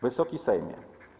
Wysoki Sejmie!